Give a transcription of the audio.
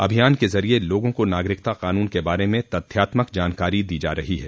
अभियान के जरिए लोगों को नागरिकता क़ानून के बारे में तथ्यात्मक जानकारी दी जा रही है